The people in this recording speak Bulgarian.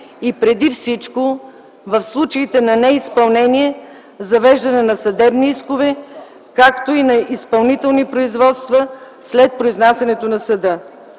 и преди всичко в случаите на неизпълнение – за завеждане на съдебни искове, както и на изпълнителни производства след произнасянето на съда.